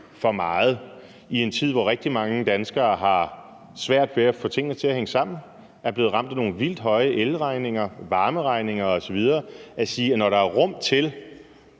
for meget i en tid, hvor rigtig mange danskere har svært ved at få tingene til at hænge sammen og er blevet ramt af nogle vildt høje elregninger, varmeregninger osv., at sige, at når der i ét